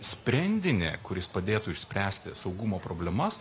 sprendinį kuris padėtų išspręsti saugumo problemas